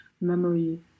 memory